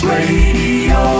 Radio